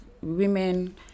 women